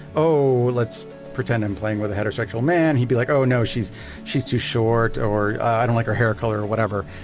oh, let's pretend i'm playing with a heterosexual man. he'd be like, oh no, she's she's too short or i don't like her hair color, or whatever.